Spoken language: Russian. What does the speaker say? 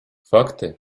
факты